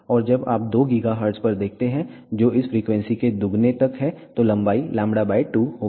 और जब आप 2 GHz पर देखते हैं जो इस फ्रीक्वेंसी के दोगुने तक है तो लंबाई λ 2 होगी